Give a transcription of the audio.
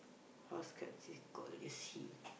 hows scared his call is he